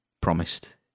promised